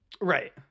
Right